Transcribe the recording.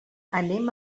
anem